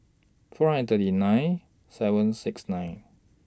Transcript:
four hundred and thirty nine seven six nine